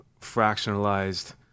fractionalized